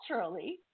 culturally